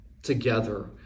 together